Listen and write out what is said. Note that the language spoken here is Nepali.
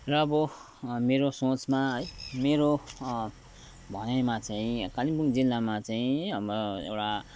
र अब मेरो सोचमा है मेरो भनाइमा चै कालिम्पोङ जिल्लामा चाहिँ अब एउटा